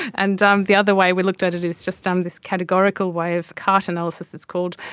and um the other way we looked at it is just um this categorical way of cart analysis, it's called,